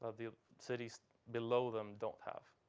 ah the cities below them don't have?